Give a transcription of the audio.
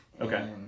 Okay